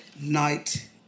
Night